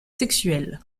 sexuelle